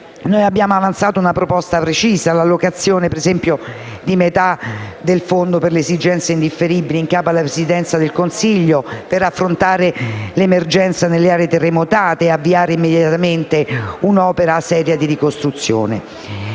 Abbiamo avanzato una proposta precisa: l'allocazione, ad esempio, di metà del fondo per le esigenze indifferibili in capo alla Presidenza del Consiglio per affrontare l'emergenza nelle aree terremotate e avviare immediatamente un'opera seria di ricostruzione.